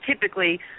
typically